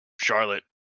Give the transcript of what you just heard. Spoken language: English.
Charlotte